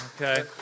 Okay